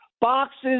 boxes